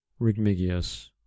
Rigmigius